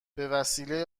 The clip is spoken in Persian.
بهوسیله